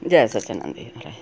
जय Sachchidanand देव